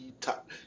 top